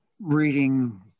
reading